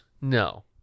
No